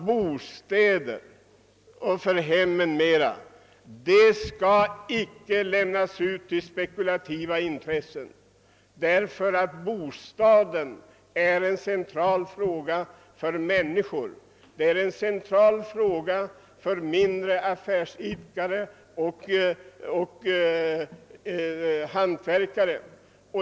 Bostäder skall inte lämnas ut åt spekulativa intressen. Bostadsfrågan är av central betydelse för människorna liksom lokalfrågan för mindre affärsidkare och hantverkare.